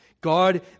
God